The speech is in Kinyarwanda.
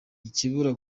ikibura